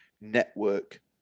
network